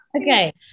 Okay